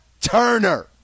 Turner